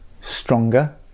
stronger